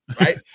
right